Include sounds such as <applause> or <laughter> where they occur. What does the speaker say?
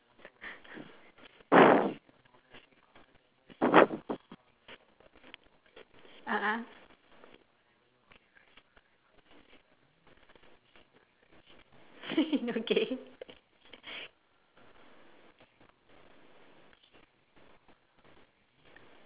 a'ah <laughs> okay